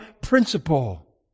principle